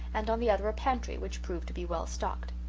and on the other a pantry, which proved to be well stocked.